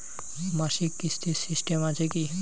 মাসিক কিস্তির সিস্টেম আছে কি?